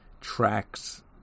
tracks